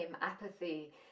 apathy